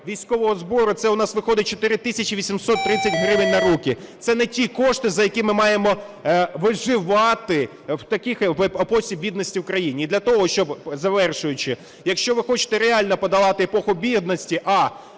військового збору, – це у нас виходить 4 тисячі 830 гривень на руки. Це не ті кошти, за які ми маємо виживати в такій епосі бідності в країні. І для того, щоб… Завершуючи, якщо ви хочете реально подолати епоху бідності: а)